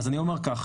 אז אני אומר כך,